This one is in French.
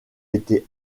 été